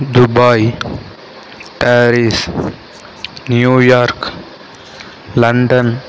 Dubai Paris New York London